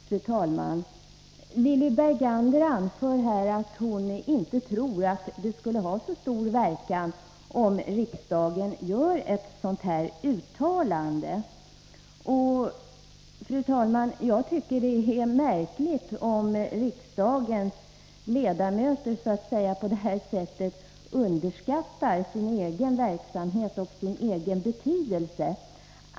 Fru talman! Lilly Bergander anför här att hon inte tror att det skulle ha så stor verkan om riksdagen gör ett uttalande. Jag tycker att det är märkligt om riksdagens ledamöter på detta sätt underskattar sin egen verksamhet och sin egen betydelse.